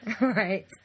Right